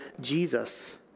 Jesus